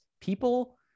people